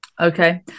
Okay